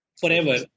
forever